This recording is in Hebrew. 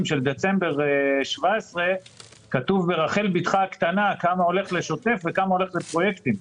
של דצמבר 2017 כתוב ברחל בתך הקטנה כמה הולך לשוטף וכמה הולך לפרויקטים,